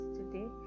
today